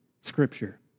Scripture